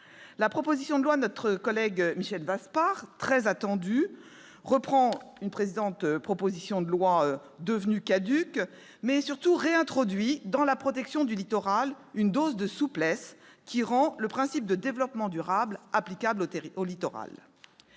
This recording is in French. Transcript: La proposition de loi, très attendue, de notre collègue Michel Vaspart reprend une précédente proposition de loi, devenue caduque, tout en réintroduisant dans la protection du littoral une dose de souplesse, qui rend le principe de développement durable applicable au littoral.